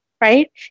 right